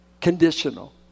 Conditional